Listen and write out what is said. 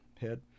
head